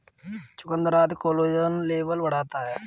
चुकुन्दर आदि collagen level बढ़ाता है